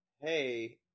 hey